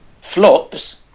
Flops